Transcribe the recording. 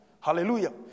Hallelujah